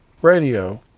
radio